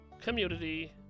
community